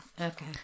Okay